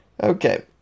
Okay